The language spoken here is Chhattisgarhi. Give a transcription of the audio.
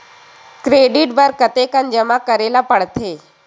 क्रेडिट बर कतेकन जमा करे ल पड़थे?